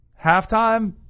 Halftime